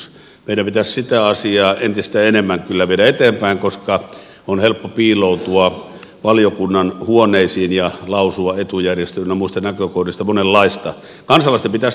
meidän pitäisi kyllä sitä asiaa entistä enemmän viedä eteenpäin koska on helppo piiloutua valiokunnan huoneisiin ja lausua etujärjestö ynnä muista näkökohdista monenlaista